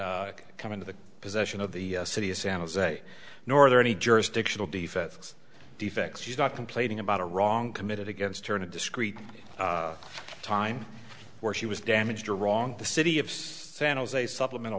been come into the possession of the city of san jose nor are there any jurisdictional defects defects she's not complaining about a wrong committed against her in a discrete time where she was damaged or wrong the city of san jose supplemental